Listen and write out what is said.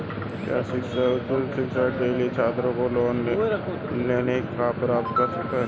क्या मैं अपनी उच्च शिक्षा के लिए छात्र लोन लेने का पात्र हूँ?